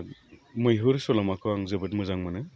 मैहुर सल'माखौ आं जोबोद मोजां मोनो